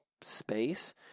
space